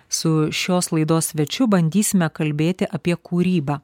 su šios laidos svečiu bandysime kalbėti apie kūrybą